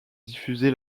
diffusé